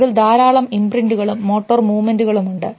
അതിൽ ധാരാളം ഇംപ്രിൻറ്കളും മോട്ടോർ മൂവ്മെൻറ്കളും ഉണ്ട്